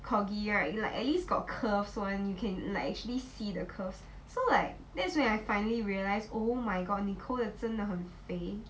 corgi right like at least got curves one you can like actually see the curves so like that's when I realized oh my god nicole one 真的很肥